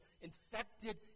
infected